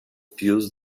pius